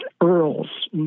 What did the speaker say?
earls